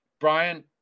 Brian